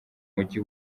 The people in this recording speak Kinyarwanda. mujyi